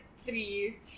three